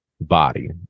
body